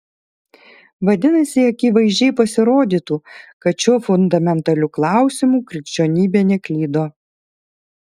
vadinasi akivaizdžiai pasirodytų kad šiuo fundamentaliu klausimu krikščionybė neklydo